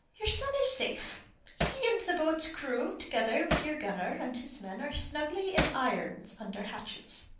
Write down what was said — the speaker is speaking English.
your son is safe he and the boat's crew together with your gunner and his men are snugly in irons under hatches.